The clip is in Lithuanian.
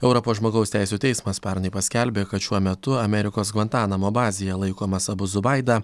europos žmogaus teisių teismas pernai paskelbė kad šiuo metu amerikos gvantanamo bazėje laikomas abu zubaida